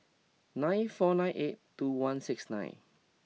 nine four nine eight two one six nine